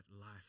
life